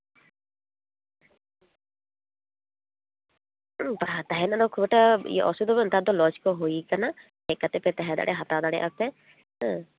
ᱵᱟ ᱛᱟᱦᱮᱸ ᱨᱮᱭᱟᱜ ᱫᱚ ᱠᱷᱩᱵᱽ ᱮᱠᱴᱟ ᱫᱚ ᱚᱥᱩᱵᱤᱛᱟ ᱫᱚ ᱵᱟᱹᱱᱩᱜᱼᱟ ᱱᱮᱛᱟᱨ ᱫᱚ ᱞᱚᱡᱽ ᱠᱚ ᱦᱩᱭᱟᱠᱟᱱᱟ ᱦᱮᱡ ᱠᱟᱛᱮ ᱯᱮ ᱛᱟᱦᱮᱸ ᱫᱟᱲᱮᱭᱟᱜᱼᱟ ᱦᱟᱛᱟᱣ ᱫᱟᱲᱮᱭᱟᱜᱼᱟ ᱯᱮ ᱦᱩᱸ